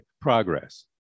progress